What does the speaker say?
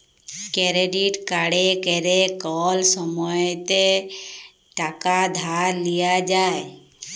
credit কাড়ে ক্যরে কল সময়তে টাকা ধার লিয়া যায়